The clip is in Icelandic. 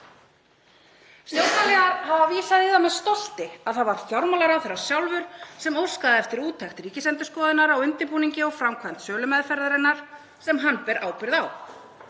Stjórnarliðar hafa vísað í það með stolti að það var fjármálaráðherra sjálfur sem óskaði eftir úttekt Ríkisendurskoðunar á undirbúningi og framkvæmd sölumeðferðar hennar sem hann ber ábyrgð á.